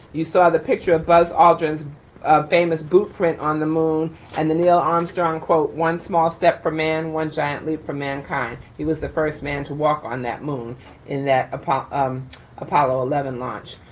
you saw the picture of buzz aldrin's famous boot print on the moon and the neil armstrong quote, one small step for man one giant leap for mankind. he was the first man to walk on that moon in that upon um apollo eleven launch.